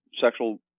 sexual